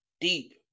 deep